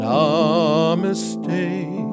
Namaste